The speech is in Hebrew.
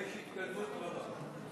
יש התקדמות רבה.